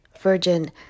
Virgin